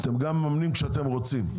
אתם גם ממממנים כשאתם רוצים.